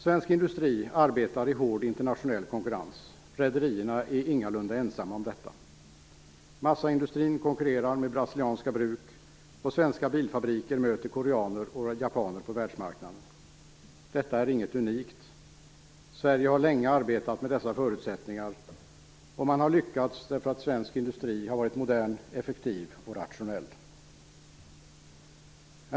Svensk industri arbetar i hård internationell konkurrens. Rederierna är ingalunda ensamma om detta. Massaindustrin konkurrerar med brasilianska bruk, och svenska bilfabriker möter koreaner och japaner på världsmarknaden. Detta är inget unikt. Sverige har länge arbetat med dessa förutsättningar, och man har lyckats därför att svensk industri varit modern, effektiv och rationell.